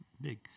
big